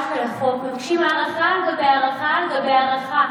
של החוק ומבקשים הארכה על גבי הארכה על גבי הארכה,